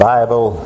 Bible